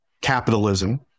capitalism